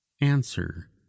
answer